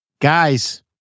guys